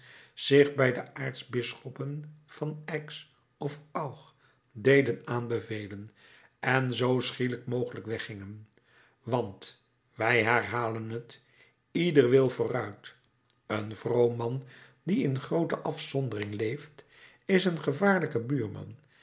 zich bij de aartsbisschoppen van aix of van auch deden aanbevelen en zoo schielijk mogelijk weggingen want wij herhalen het ieder wil vooruit een vroom man die in groote afzondering leeft is een gevaarlijke buurman